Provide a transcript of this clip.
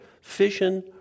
fission